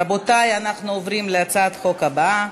רבותי, אנחנו עוברים להצעת החוק הבאה: